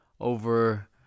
over